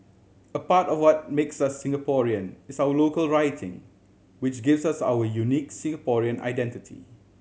a part of what makes us Singaporean is our local writing which gives us our unique Singaporean identity